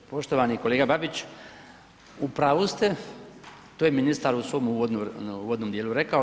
Poštovani kolega Babić, u pravu ste, to je ministar u svom uvodnom dijelu rekao.